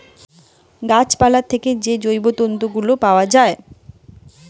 গাছ পালা থেকে যে জৈব তন্তু গুলা পায়া যায়েটে